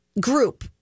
group